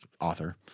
author